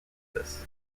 this